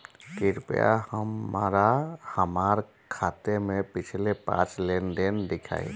कृपया हमरा हमार खाते से पिछले पांच लेन देन दिखाइ